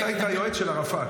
אתה היית היועץ של ערפאת?